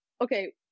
okay